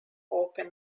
open